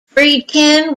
friedkin